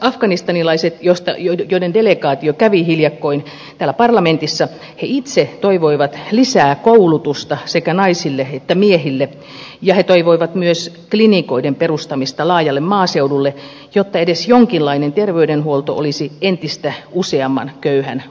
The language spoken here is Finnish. afganistanilaiset joiden delegaatio kävi hiljakkoin täällä parlamentissa itse toivoivat lisää koulutusta sekä naisille että miehille ja he toivoivat myös klinikoiden perustamista laajalle maaseudulle jotta edes jonkinlainen terveydenhuolto olisi entistä useamman köyhän ulottuvilla